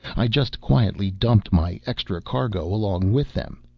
i just quietly dumped my extra cargo along with them.